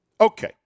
Okay